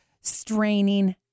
straining